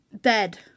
dead